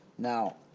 now,